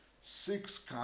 six